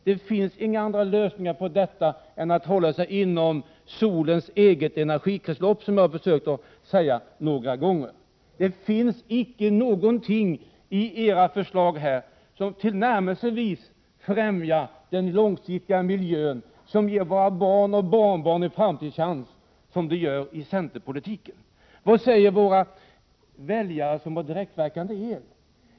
Det finns inga andra lösningar på detta problem än att hålla sig inom solens eget energitillskott, som jag försökt säga några gånger. I era förslag finns icke någonting som tillnärmelsevis långsiktigt främjar miljön, som ger våra barn och barnbarn en framtidschans, såsom centerpolitiken gör. Vad säger våra väljare som har direktverkande el?